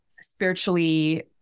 spiritually